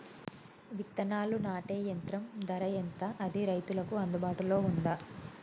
విత్తనాలు నాటే యంత్రం ధర ఎంత అది రైతులకు అందుబాటులో ఉందా?